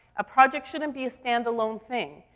a project shouldn't be a stand alone thing.